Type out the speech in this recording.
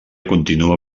continua